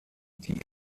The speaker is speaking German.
die